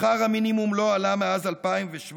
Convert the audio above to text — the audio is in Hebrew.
שכר המינימום לא עלה מאז 2017,